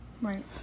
Right